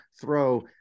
throw